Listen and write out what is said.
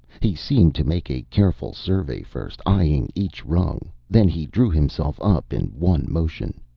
he seemed to make a careful survey first, eying each rung then he drew himself up in one motion.